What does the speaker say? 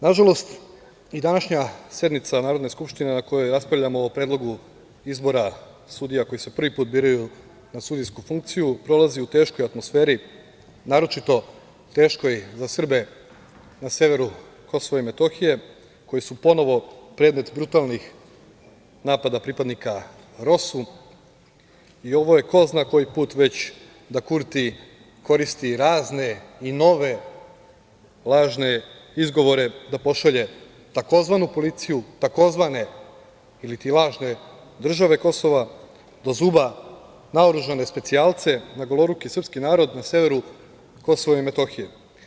Nažalost i današnja sednica Narodne skupštine na kojoj raspravljamo o Predlogu izbora koji se prvi put biraju na sudijsku funkciju prolazi u teškoj atmosferi, naročito teškoj za Srbe na severu Kosova i Metohije koji su ponovo predmet brutalnih napada pripadnika ROSU i ovo je ko zna koji put već da Kurti koristi razne i nove lažne izgovore da pošalje tzv. policiju, tzv. ili ti lažne države Kosova, do zuba naoružane specijalce na goloruki srpski narod na severu Kosova i Metohije.